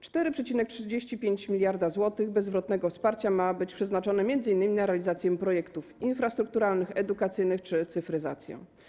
4,35 mld zł bezzwrotnego wsparcia ma być przeznaczone m.in. na realizację projektów infrastrukturalnych, edukacyjnych czy cyfryzację.